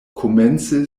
komence